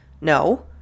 No